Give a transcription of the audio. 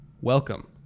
welcome